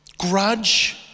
Grudge